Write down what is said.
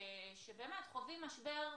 שחווים משבר רוחבי,